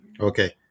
Okay